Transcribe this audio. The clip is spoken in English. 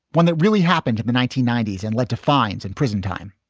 one that really happened in the nineteen ninety s and led to fines and prison time.